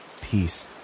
peace